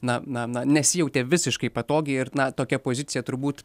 na na na nesijautė visiškai patogiai ir na tokia pozicija turbūt